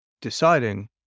deciding